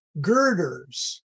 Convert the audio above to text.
girders